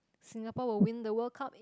Singapore will win the World Cup